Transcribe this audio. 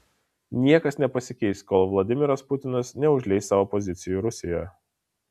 niekas nepasikeis kol vladimiras putinas neužleis savo pozicijų rusijoje